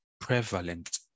prevalent